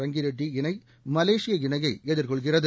ரங்கிரெட்டி இணை மலேசிய இணையை எதிர்கொள்கிறது